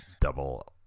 double